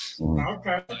Okay